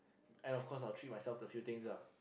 and of course I would treat myself to a few things ah